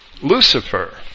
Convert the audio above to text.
Lucifer